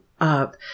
up